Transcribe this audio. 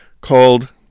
called